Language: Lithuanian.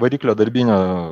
variklio darbinio